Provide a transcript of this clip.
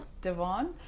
Devon